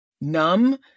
numb